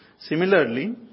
Similarly